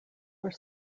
were